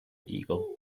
eagle